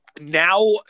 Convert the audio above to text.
Now